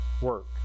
work